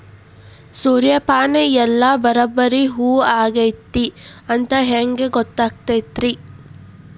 ಸೂರ್ಯಪಾನ ಎಲ್ಲ ಬರಬ್ಬರಿ ಹೂ ಆಗೈತಿ ಅಂತ ಹೆಂಗ್ ಗೊತ್ತಾಗತೈತ್ರಿ?